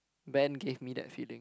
band give me that feeling